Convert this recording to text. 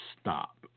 stop